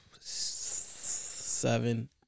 Seven